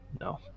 No